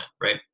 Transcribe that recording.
right